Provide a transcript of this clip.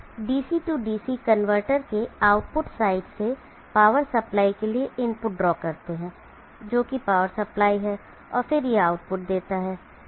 हम DC DC converter के output side से पावर सप्लाई के लिए इनपुट ड्रॉ करते हैं जो की पावर सप्लाई है और फिर यह आउटपुट देता है